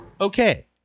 Okay